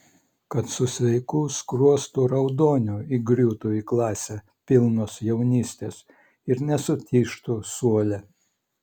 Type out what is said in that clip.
kad su sveiku skruostų raudoniu įgriūtų į klasę pilnos jaunystės ir nesutižtų suole